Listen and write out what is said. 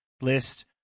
list